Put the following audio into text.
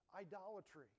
idolatry